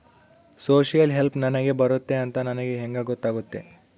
Social help ನನಗೆ ಬರುತ್ತೆ ಅಂತ ನನಗೆ ಹೆಂಗ ಗೊತ್ತಾಗುತ್ತೆ?